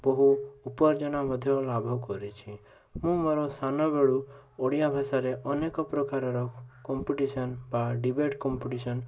ବହୁ ଉପାର୍ଜନ ମଧ୍ୟ ଲାଭ କରିଛି ମୁଁ ମୋର ସାନବେଳୁ ଓଡ଼ିଆ ଭାଷାରେ ଅନେକ ପ୍ରକାରର କମ୍ପିଟିସନ୍ ବା ଡିବେଟ୍ କମ୍ପିଟିସନ୍